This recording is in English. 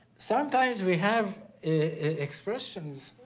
sometimes we have expressions